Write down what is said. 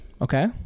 Okay